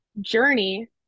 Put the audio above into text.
journey